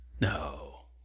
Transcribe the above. No